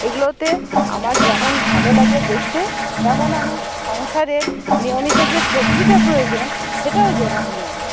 এগুলোতে আমার যেমন ভালো লাগে দেখতে তেমন আমার সংসারে নিয়মিত যে সবজিটা প্রয়োজন সেটাও জোগান দেয়